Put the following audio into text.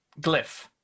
Glyph